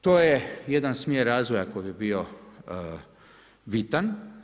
To je jedan smjer razvoja koji bi bio bitan.